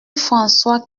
françois